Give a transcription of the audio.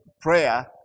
prayer